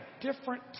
different